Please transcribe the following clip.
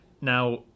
Now